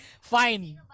Fine